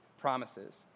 promises